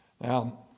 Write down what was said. Now